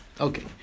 Okay